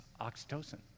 oxytocin